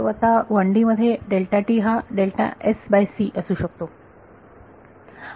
आता 1D मध्ये हा असू शकतो